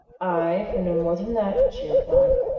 aye, for no more than that, she replied.